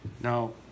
Now